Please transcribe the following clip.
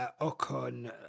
Ocon